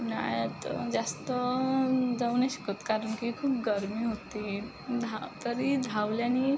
उन्हाळ्यात जास्त जाऊ नाही शकत कारण की खूप गरमी होते धा तरी धावल्याने